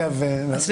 זה